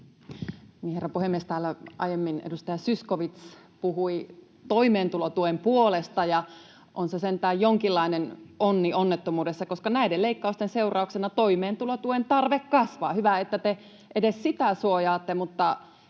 Herra puhemies! Täällä aiemmin edustaja Zyskowicz puhui toimeentulotuen puolesta, ja on se sentään jonkinlainen onni onnettomuudessa, koska näiden leikkausten seurauksena toimeentulotuen tarve kasvaa. Hyvä, että te edes sitä suojaatte,